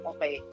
Okay